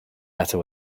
matter